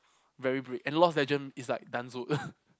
very and lost legend is like